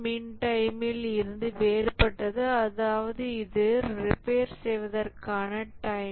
மீன் டைமில் இருந்து வேறுபட்டது அதாவது இது ரிப்பேர் செய்வதற்கான டைம்